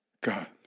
God